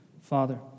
Father